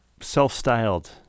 self-styled